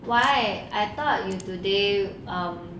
why I thought you today um